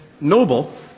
Noble